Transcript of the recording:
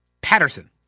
Patterson